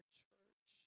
church